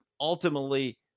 ultimately